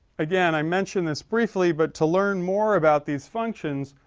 again, i mention this briefly but to learn more about these functions,